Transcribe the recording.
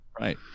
Right